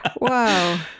Wow